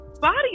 body